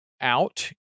out